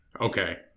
okay